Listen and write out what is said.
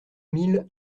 mille